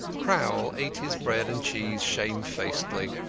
crowl ate his bread and cheese shamefacedly.